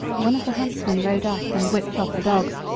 one of the huntsmen rode up and whipped off the dogs,